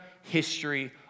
history